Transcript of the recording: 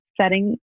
Setting